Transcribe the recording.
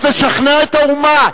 אז תשכנע את האומה.